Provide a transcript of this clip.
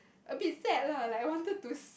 a bit sad lah like I wanted to s~